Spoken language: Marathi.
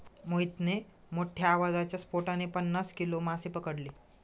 मोहितने मोठ्ठ्या आवाजाच्या स्फोटाने पन्नास किलो मासे पकडले